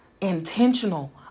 intentional